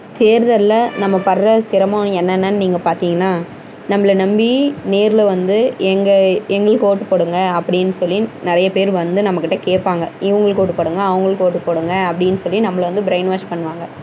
தேர்தலில் நம்ம படுகிற சிரமம் என்னென்னன்னு நீங்கள் பார்த்திங்கன்னா நம்மள நம்பி நேரில் வந்து எங்கள் எங்களுக்கு ஓட்டு போடுங்கள் அப்பிடின்னு சொல்லி நிறையப் பேர் வந்து நம்மக்கிட்டே கேட்பாங்க இவங்களுக்கு ஓட்டு போடுங்கள் அவங்களுக்கு ஓட்டு போடுங்கள் அப்டின்னு சொல்லி நம்மள வந்து பிரைன் வாஷ் பண்ணுவாங்க